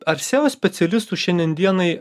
ar seo specialistų šiandien dienai